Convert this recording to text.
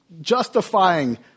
justifying